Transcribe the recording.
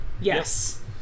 yes